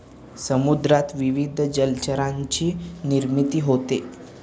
समुद्रात विविध जलचरांची निर्मिती होते